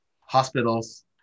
hospitals